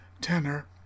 tenor